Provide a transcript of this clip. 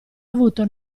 avuto